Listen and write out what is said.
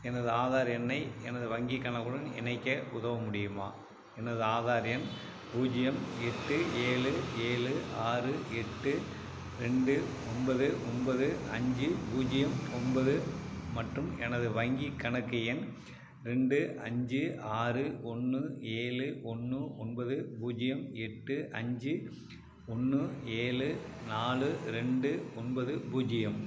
எனது ஆதார் எண்ணை எனது வங்கிக் கணக்குடன் இணைக்க உதவ முடியுமா எனது ஆதார் எண் பூஜ்ஜியம் எட்டு ஏழு ஏழு ஆறு எட்டு ரெண்டு ஒன்பது ஒன்பது அஞ்சு பூஜ்ஜியம் ஒன்பது மற்றும் எனது வங்கிக் கணக்கு எண் ரெண்டு அஞ்சு ஆறு ஒன்று ஏழு ஒன்று ஒன்பது பூஜ்ஜியம் எட்டு அஞ்சு ஒன்று ஏழு நாலு ரெண்டு ஒன்பது பூஜ்ஜியம்